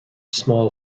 small